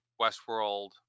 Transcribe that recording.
Westworld